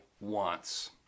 wants